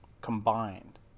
combined